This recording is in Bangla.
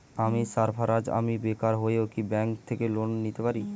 আমি সার্ফারাজ, আমি বেকার হয়েও কি ব্যঙ্ক থেকে লোন নিতে পারি?